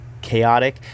chaotic